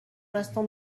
l’instant